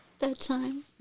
bedtime